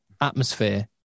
atmosphere